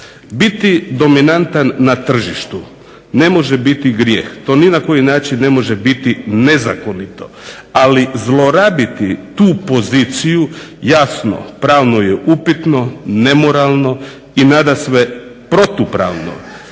Biti dominantan na tržištu ne može biti grijeh. To ni na koji način ne može biti nezakonito, ali zlorabiti tu poziciju jasno pravno je upitno, nemoralno i nadasve protupravno